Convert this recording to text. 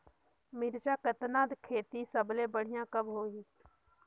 मिरचा कतना खेती सबले बढ़िया कब होही?